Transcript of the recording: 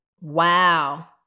Wow